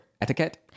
Etiquette